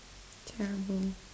terrible